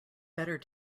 better